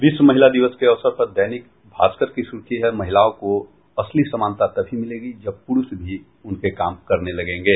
विश्व महिला दिवस के अवसर पर दैनिक भास्कर की सुर्खी है महिलाओं को असली समानता तभी मिलेगी जब पुरूष भी उनके काम करने लेंगे